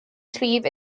sliabh